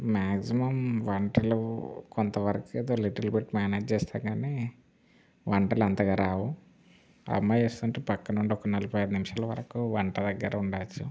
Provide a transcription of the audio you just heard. maximum వంటలు కొంత వరకు ఏదో లిటిల్ బిట్ మానేజ్ చేస్తాను కానీ వంటలు అంతగా రావు అమ్మ చేస్తుంటే పక్కన నుండి ఒక నలభై ఐదు నిముషాల వరకు వంట దగ్గర ఉండచ్చు